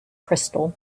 crystal